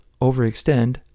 overextend